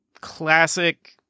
Classic